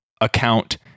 account